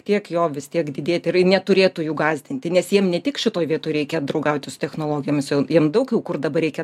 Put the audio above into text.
tiek jo vis tiek didėti ir neturėtų jų gąsdinti nes jiem ne tik šitoj vietoj reikia draugauti su technologijomis o jiem daug jau kur dabar reikia